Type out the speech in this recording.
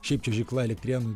šiaip čiuožykla elektrėnų